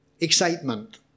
excitement